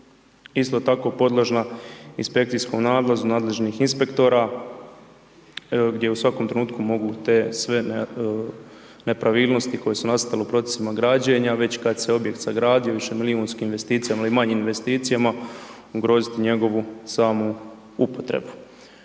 isto tako podložna inspekcijskom nalazu nadležnih inspektora gdje u svakom trenutku mogu te sve nepravilnosti koje su nastale u procesima građenja već kad se objekt sagradio višemilijunskim investicijama ili manjim investicijama, ugrozit njegovu samu upotrebu.